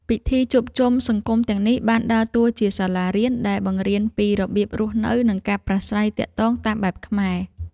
ពិធីជួបជុំសង្គមទាំងនេះបានដើរតួជាសាលារៀនដែលបង្រៀនពីរបៀបរស់នៅ និងការប្រាស្រ័យទាក់ទងតាមបែបខ្មែរ។